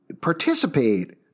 participate